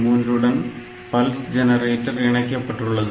3 உடன் pulse generator இணைக்கப்பட்டுள்ளது